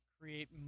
create